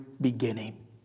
beginning